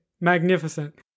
Magnificent